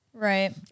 Right